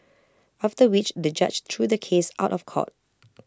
after which the judge threw the case out of court